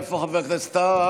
איפה חבר הכנסת טאהא?